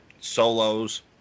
solos